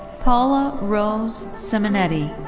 paul ah rose simonetti.